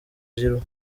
giroud